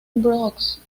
brooks